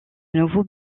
nouveaux